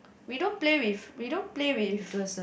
we don't play with we don't play with